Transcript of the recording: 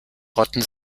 rotten